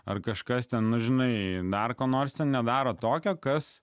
ar kažkas ten nu žinai dar ko nors tai nedaro tokio kas